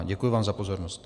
Děkuji vám za pozornost.